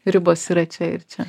ribos yra čia ir čia